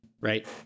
right